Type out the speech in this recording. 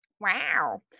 wow